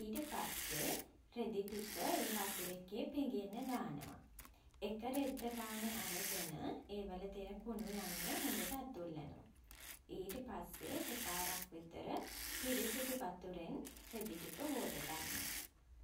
ඊට පස්සේ රෙදි ටික ඒ වතුර එකේ පෙගෙන්න දානවා. එක රෙද්ද ගානේ අරගෙන ඒවල තියෙන කුණු යන්න හොඳට අතුල්ලනවා. ඊට පස්සේ දෙපාරක් විතර පිරිසිදු වතුරෙන් රෙදි ටික හෝද ගන්නවා.